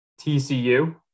TCU